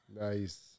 Nice